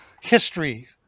history